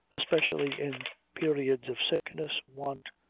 especially in periods of sickness, want,